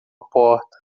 porta